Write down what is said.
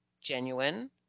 genuine